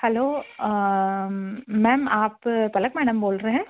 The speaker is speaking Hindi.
हैलो मैम आप पलक मैडम बोल रहे हैं